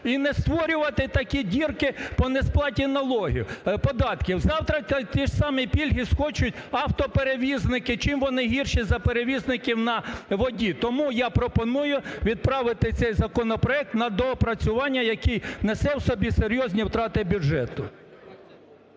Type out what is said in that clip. і не створювати такі дірки по несплаті налогів… податків. Завтра ті ж самі пільги схочуть автоперевізники. Чим вони гірші за перевізників на воді? Тому я пропоную відправити цей законопроект на доопрацювання, який несе в собі серйозні втрати бюджету.